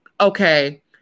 okay